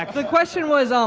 like the question was, um